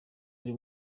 ari